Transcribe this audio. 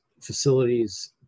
facilities